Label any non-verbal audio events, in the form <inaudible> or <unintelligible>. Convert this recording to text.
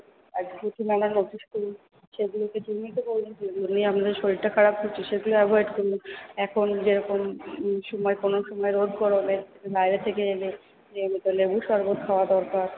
একদিকে <unintelligible> সেগুলোর জন্যই তো <unintelligible> আপনার শরীরটা খারাপ করছে সেইগুলো অ্যাভয়েড করুন এখন যেরকম সময় কোনো সময় রোদ গরমে বাইরে থেকে এলে নিয়মিত লেবুর শরবত খাওয়া দরকার